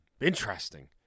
Interesting